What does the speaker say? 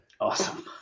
Awesome